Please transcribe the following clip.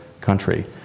country